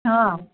हां